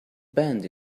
bend